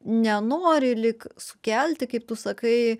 nenori lyg sukelti kaip tu sakai